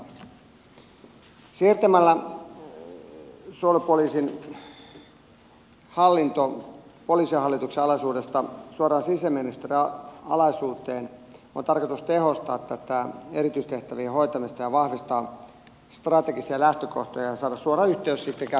siirtämällä suojelupoliisin hallinto poliisihallituksen alaisuudesta suoraan sisäministeriön alaisuuteen on tarkoitus tehostaa erityistehtävien hoitamista ja vahvistaa strategisia lähtökohtia ja saada suora yhteys käytännössä ministeriöön